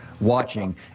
Watching